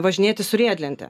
važinėtis su riedlente